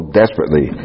desperately